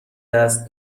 دست